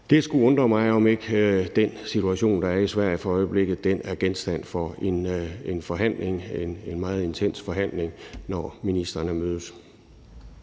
det skulle undre mig, om ikke den situation, der er i Sverige for øjeblikket, er genstand for en forhandling, en meget intens forhandling, når ministrene mødes.